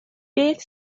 beth